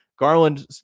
Garland